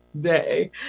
day